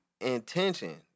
intention